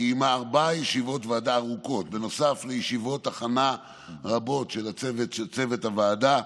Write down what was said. קיימה ארבע ישיבות ועדה ארוכות נוסף לישיבות הכנה רבות של צוות הוועדה,